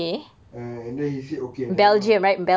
and then he said okay nevermind